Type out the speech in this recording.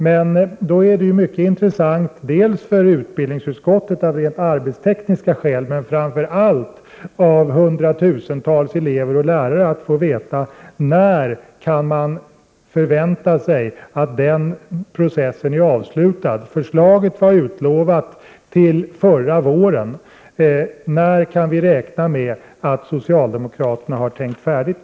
Det är då mycket intressant, dels för utbildningsutskottet, av rent arbetstekniska skäl, dels framför allt för hundratusentals elever och lärare, att få veta när den processen kan förväntas vara avslutad. Förslaget var utlovat till förra våren. När kan vi räkna med att socialdemokraterna har tänkt färdigt?